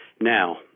Now